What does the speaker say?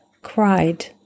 cried